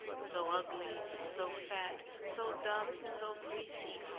so ugly, so fat, so dumb, so greasy,